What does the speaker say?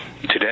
today